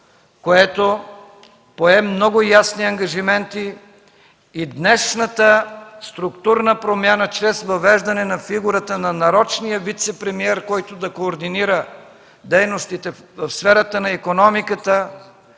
което пое много ясни ангажименти и днешната структурна промяна чрез въвеждане на фигурата на нарочния вицепремиер, който да координира дейностите в сферата на икономиката,